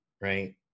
right